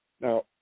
Now